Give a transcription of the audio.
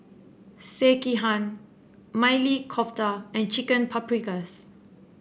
Sekihan Maili Kofta and Chicken Paprikas